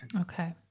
Okay